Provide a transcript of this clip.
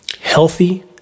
healthy